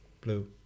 Blue